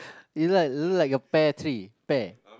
it's like look like a pear tree pear